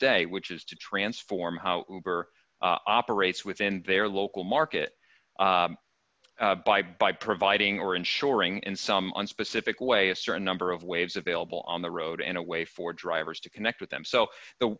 day which is to transform how over operates within their local market by by providing or ensuring in some specific way a certain number of waves available on the road in a way for drivers to connect with them so th